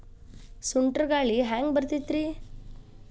ಸುಂಟರ್ ಗಾಳಿ ಹ್ಯಾಂಗ್ ಬರ್ತೈತ್ರಿ?